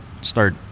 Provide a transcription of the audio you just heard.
start